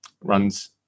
runs